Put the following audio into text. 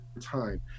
time